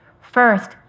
First